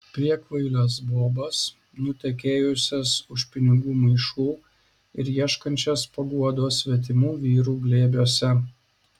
priekvailes bobas nutekėjusias už pinigų maišų ir ieškančias paguodos svetimų vyrų glėbiuose